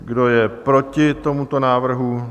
Kdo je proti tomuto návrhu?